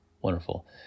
wonderful